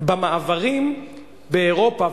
במעברים באירופה,